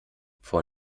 vor